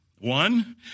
One